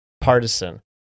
partisan